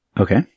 Okay